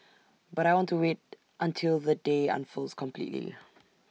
but I want to wait until the day unfolds completely